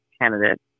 candidate